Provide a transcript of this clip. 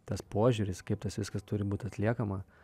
tas požiūris kaip tas viskas turi būti atliekama